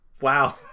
wow